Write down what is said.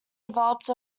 developed